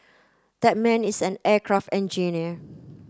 that man is an aircraft engineer